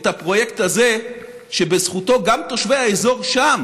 את הפרויקט הזה שבזכותו גם תושבי האזור שם